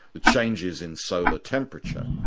the changes in solar temperature,